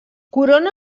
corona